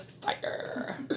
fire